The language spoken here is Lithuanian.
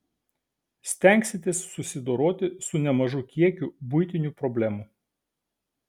stengsitės susidoroti su nemažu kiekiu buitinių problemų